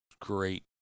great